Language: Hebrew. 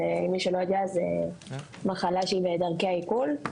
מי שלא יודע זו מחלה שהיא בדרכי העיכול,